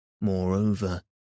Moreover